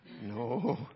no